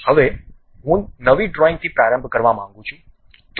હવે હું નવી ડ્રોઇંગથી પ્રારંભ કરવા માંગુ છું